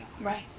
Right